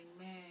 Amen